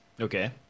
Okay